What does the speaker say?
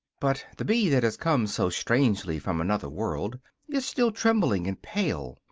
but the bee that has come so strangely from another world is still trembling and pale,